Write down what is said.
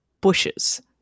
bushes